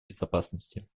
безопасности